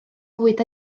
fwyd